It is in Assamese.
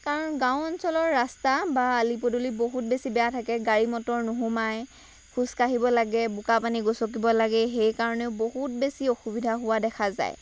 কাৰণ গাঁও অঞ্চলৰ ৰাস্তা বা আলি পদূলি বহুত বেছি বেয়া থাকে গাড়ী মটৰ নুসুমায় খোজ কাঢ়িব লাগে বোকা পানী গচকিব লাগে সেই কাৰণেও বহুত বেছি অসুবিধা হোৱা দেখা যায়